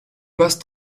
basse